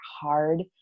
hard